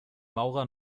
maurer